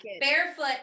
barefoot